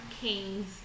king's